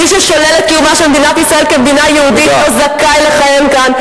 מי ששולל את קיומה של מדינת ישראל כמדינה יהודית לא זכאי לכהן כאן,